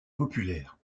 populaire